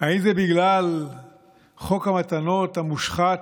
האם זה בגלל חוק המתנות המושחת,